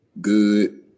good